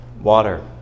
Water